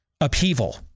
upheaval